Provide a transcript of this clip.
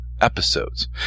episodes